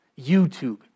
YouTube